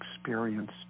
experience